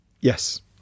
Yes